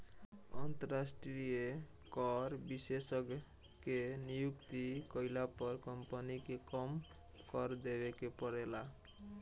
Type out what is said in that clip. अंतरास्ट्रीय कर विशेषज्ञ के नियुक्ति कईला पर कम्पनी के कम कर देवे के परेला